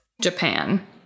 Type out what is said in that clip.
Japan